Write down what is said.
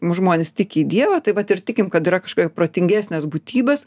žmonės tiki į dievą tai vat ir tikim kad yra kažkokia protingesnės būtybės